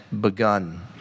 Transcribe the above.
begun